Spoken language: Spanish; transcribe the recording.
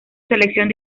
selección